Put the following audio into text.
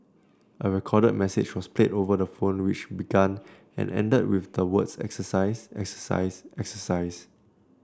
a recorded message was played over the phone which began and ended with the words exercise exercise exercise